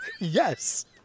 Yes